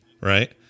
right